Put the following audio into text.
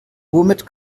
womit